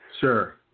Sure